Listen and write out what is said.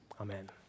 Amen